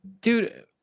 Dude